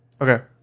Okay